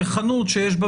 חנות שיש בה